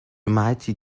mighty